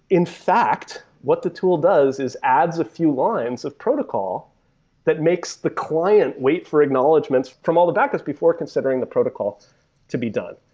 in fact, what the tool does is adds a few lines of protocol that makes the client wait for acknowledgments from all the backups before considering the protocol to be done.